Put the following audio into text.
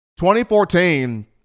2014